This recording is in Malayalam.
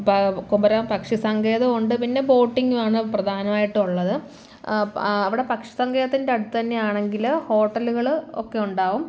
പ കുമരകം പക്ഷി സങ്കേതമുണ്ട് പിന്നെ ബോട്ടിംങ്ങുമാണ് പ്രധാനമായിട്ടുള്ളത് ആ അവിടെ പക്ഷി സങ്കേതത്തിൻ്റെ അടുത്ത് തന്നെയാണെങ്കിൽ ഹോട്ടലുകൾ ഒക്കെ ഉണ്ടാവും